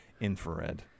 Infrared